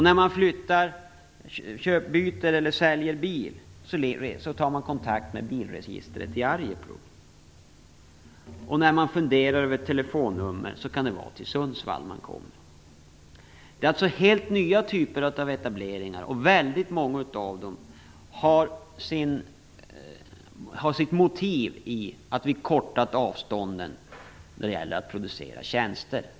När man flyttar eller när man byter eller säljer bil tar man kontakt med bilregistret i Arjeplog. När man funderar över ett telefonnummer kan det vara till Sundsvall man kommer. Det är alltså helt nya typer av etableringar, och väldigt många av dem har sitt motiv i att vi kortat avstånden då det gäller att producera tjänster.